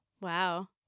Wow